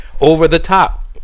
over-the-top